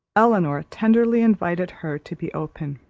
elinor tenderly invited her to be open.